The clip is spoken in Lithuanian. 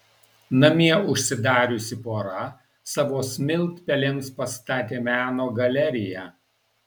namie užsidariusi pora savo smiltpelėms pastatė meno galeriją